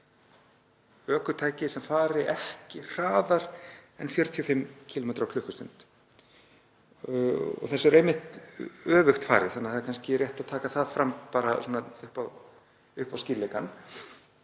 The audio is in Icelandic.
ökutæki sem fari ekki hraðar en 45 km á klukkustund. Þessu er einmitt öfugt farið. Það er kannski rétt að taka það fram bara upp á skýrleikann.